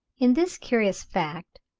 in this curious fact,